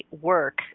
work